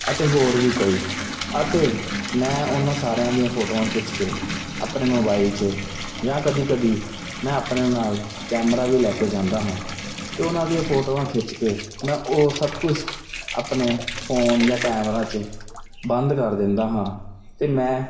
ਅਤੇ ਹੋਰ ਵੀ ਕਈ ਅਤੇ ਮੈਂ ਉਹਨਾਂ ਸਾਰਿਆਂ ਦੀਆਂ ਫੋਟੋਆਂ ਖਿੱਚ ਕੇ ਆਪਣੇ ਮੋਬਾਇਲ 'ਚ ਜਾਂ ਕਦੀ ਕਦੀ ਮੈਂ ਆਪਣੇ ਨਾਲ ਕੈਮਰਾ ਵੀ ਲੈ ਕੇ ਜਾਂਦਾ ਹਾਂ ਤੇ ਉਹਨਾਂ ਦੀਆਂ ਫੋਟੋਆਂ ਖਿੱਚ ਕੇ ਮੈਂ ਉਹ ਸਭ ਕੁਝ ਆਪਣੇ ਫੋਨ ਜਾਂ ਕੈਮਰਾ 'ਚ ਬੰਦ ਕਰ ਦਿੰਦਾ ਹਾਂ ਤੇ ਮੈਂ